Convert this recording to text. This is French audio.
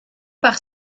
par